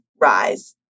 Rise